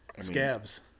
Scabs